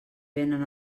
vénen